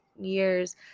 years